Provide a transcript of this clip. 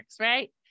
right